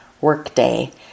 workday